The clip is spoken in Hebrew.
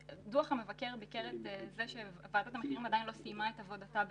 דוח המבקר ביקר את זה שוועדת המחירים עדיין לא סיימה את עבודתה בזמנו.